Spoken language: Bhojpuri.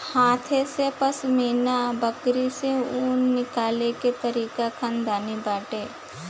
हाथे से पश्मीना बकरी से ऊन निकले के तरीका खानदानी बाटे